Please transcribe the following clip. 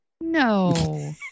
No